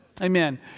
Amen